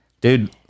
dude